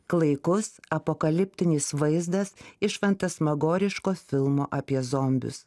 klaikus apokaliptinis vaizdas iš fantasmagoriško filmo apie zombius